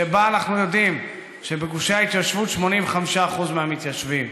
שבו אנחנו יודעים שבגושי ההתיישבות 85% מהמתיישבים.